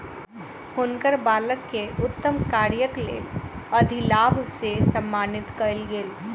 हुनकर बालक के उत्तम कार्यक लेल अधिलाभ से सम्मानित कयल गेल